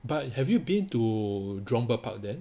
but have you been to jurong bird park then